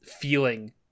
feeling